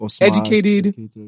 educated